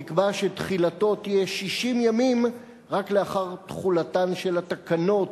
נקבע שתחילתו תהיה 60 ימים רק לאחר תחולתן של התקנות